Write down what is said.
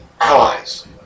allies